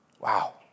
Wow